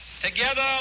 Together